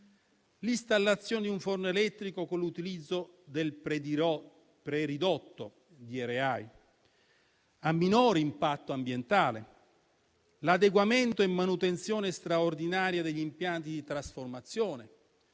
l'installazione di un forno elettrico con l'utilizzo del preridotto (DRI) a minor impatto ambientale, l'adeguamento e la manutenzione straordinaria degli impianti di trasformazione,